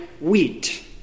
wheat